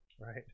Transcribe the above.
right